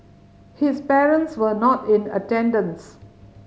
his parents were not in attendance